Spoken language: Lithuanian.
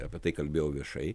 apie tai kalbėjau viešai